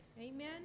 Amen